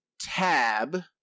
Tab